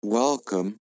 Welcome